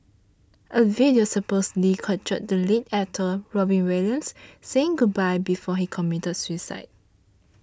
a video supposedly captured the late actor Robin Williams saying goodbye before he committed suicide